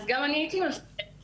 גם אני הייתי מפחדת